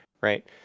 Right